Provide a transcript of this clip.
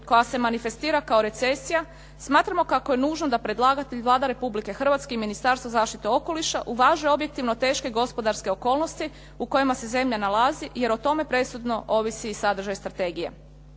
koja se manifestira kao recesija, smatramo kako je nužno da predlagatelj, Vlada Republike Hrvatske i Ministarstvo zaštite okoliša uvaže objektivno teške gospodarske okolnosti u kojima se zemlja nalazi jer o tome presudno ovisi i sadržaj strategije.